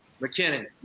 McKinnon